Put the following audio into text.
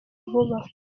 vuba